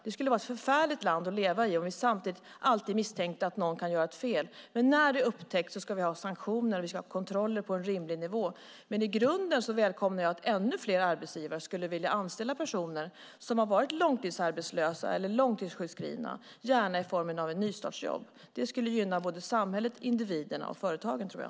Det skulle vara ett förfärligt land att leva i om vi alltid misstänkte att någon kan göra ett fel. Men när det upptäcks ska vi ha sanktioner. Vi ska ha kontroller på en rimlig nivå. Men i grunden skulle jag välkomna om ännu fler arbetsgivare ville anställa personer som har varit långtidsarbetslösa eller långtidssjukskrivna, gärna i form av ett nystartsjobb. Det skulle gynna samhället, individerna och företagen, tror jag.